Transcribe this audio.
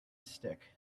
stick